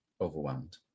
overwhelmed